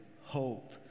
hope